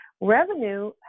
Revenue